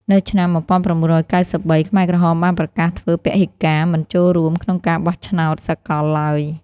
នៅឆ្នាំ១៩៩៣ ខ្មែរក្រហមបានប្រកាសធ្វើពហិការ មិនចូលរួមក្នុងការបោះឆ្នោតសកលឡើយ។